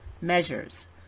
measures